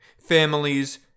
families